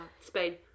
Spain